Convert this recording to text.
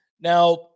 Now